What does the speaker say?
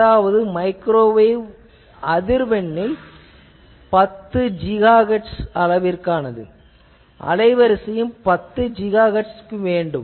அதாவது மைக்ரோவேவ் அதிர்வெண் 10 GHz எனில் அலைவரிசையும் 10 GHz வேண்டும்